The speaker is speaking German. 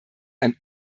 ein